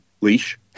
leash